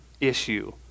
issue